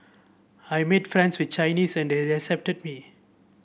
I made friends with Chinese and they accepted me